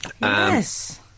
Yes